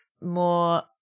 more